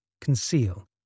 conceal